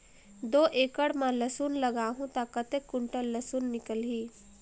दो एकड़ मां लसुन लगाहूं ता कतेक कुंटल लसुन निकल ही?